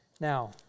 Now